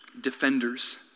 defenders